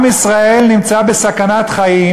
עם ישראל נמצא בסכנת חיים,